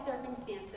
circumstances